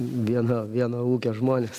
vieno vieno ūgio žmonės